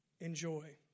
enjoy